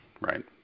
right